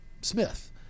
Smith